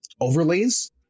overlays